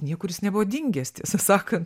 niekur jis nebuvo dingęs tiesą sakant